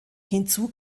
hinzu